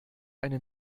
eine